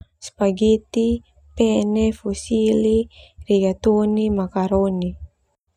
Spagetti, penef, makaroni, hoseli, negatoni.